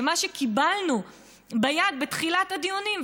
שמה שקיבלנו ביד בתחילת הדיונים,